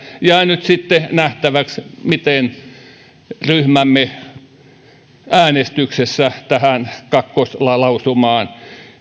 jää nyt sitten nähtäväksi miten ryhmämme äänestyksessä tähän kakkoslausumaan